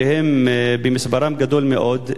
שמספרם גדול מאוד,